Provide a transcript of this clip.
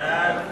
להעביר את